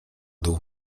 dół